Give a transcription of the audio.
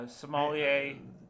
sommelier